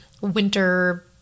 winter